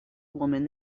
woman